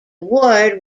award